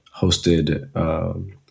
hosted